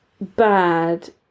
bad